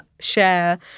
share